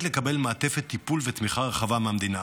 לקבל מעטפת טיפול ותמיכה רחבה מהמדינה,